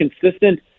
consistent